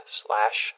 slash